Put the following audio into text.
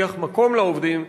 תבטיח מקום לעובדים,